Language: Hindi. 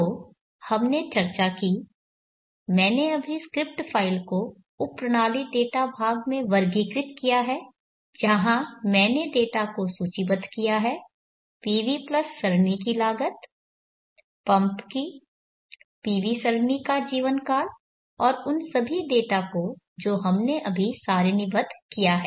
तो हमने चर्चा की मैंने अभी स्क्रिप्ट फ़ाइल को उप प्रणाली डेटा भाग में वर्गीकृत किया है जहाँ मैंने डेटा को सूचीबद्ध किया है PV प्लस सरणी की लागत पंप की PV सरणी का जीवनकाल और उन सभी डेटा को जो हमने अभी सारणीबद्ध किया है